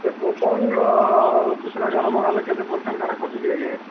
ସେ କୁପନ୍ର ଦୁସରା କାଣା ମଗାଲେ କେତେ ପରସେଣ୍ଟ କାଣା କଟୁଛି ଆଜ୍ଞା